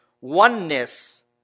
oneness